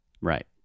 Right